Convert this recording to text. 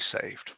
saved